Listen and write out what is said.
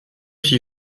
six